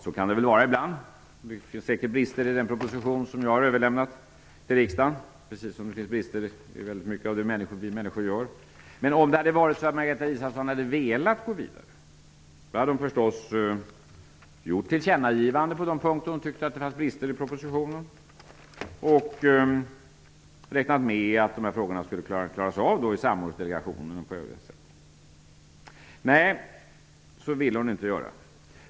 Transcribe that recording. Så kan det väl vara ibland -- det finns säkert brister i den proposition som jag har överlämnat till riksdagen, precis som det finns brister i väldigt mycket av det vi människor gör. Men om Margareta Israelsson hade velat gå vidare hade hon förstås gjort tillkännagivanden på de punkter där hon tyckte att det fanns brister i propositionen och räknat med att de sakerna skulle klaras upp i samordningsdelegationen och på andra sätt. Nej, så ville hon inte göra.